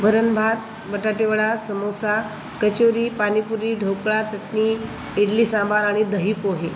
वरणभात बटाटेवडा सामोसा कचोरी पाणीपुरी ढोकळा चटणी इडली सांबार आणि दहीपोहे